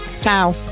Ciao